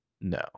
no